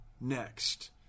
next